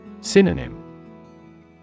Synonym